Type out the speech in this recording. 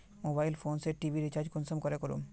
Mobile phone से TV recharge कुंसम करे करूम?